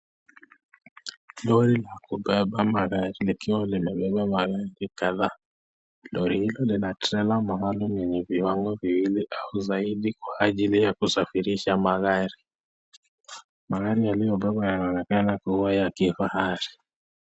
Lori la kubeba magari likiwa limebeba magari kadhaa . Lori hili Lina (treler) maalum yenye viwango viwili au zaidi kwa ajili ya kusafirisha magari. Magari yaliyo bebwa yanaonekana kuwa ya kifahari.